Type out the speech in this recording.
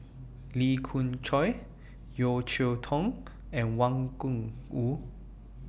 Lee Khoon Choy Yeo Cheow Tong and Wang Gungwu